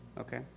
Okay